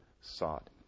sought